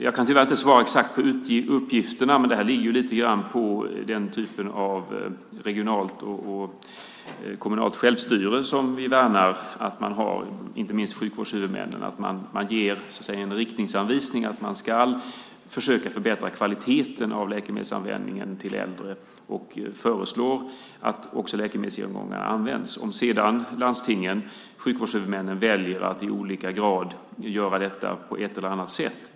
Jag kan tyvärr inte svara exakt på uppgifterna, men det här ligger lite grann på den typ av regionalt och kommunalt självstyre som vi värnar om att man har, inte minst när det gäller sjukvårdshuvudmännen och att man ger en riktningsanvisning om att man ska försöka förbättra kvaliteten av läkemedelsanvändningen till äldre och föreslår att också läkemedelsgenomgångar används. Landstingen, sjukvårdshuvudmännen, väljer kanske sedan att i olika grad göra detta på ett eller annat sätt.